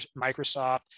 Microsoft